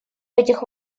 этих